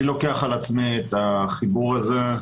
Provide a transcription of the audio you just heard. אני לוקח על עצמי את החיבור הזה.